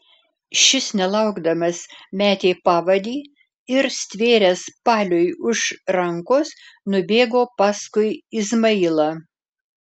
šis nelaukdamas metė pavadį ir stvėręs paliui už rankos nubėgo paskui izmailą